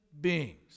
beings